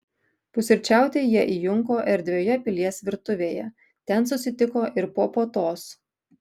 pusryčiauti jie įjunko erdvioje pilies virtuvėje ten susitiko ir po puotos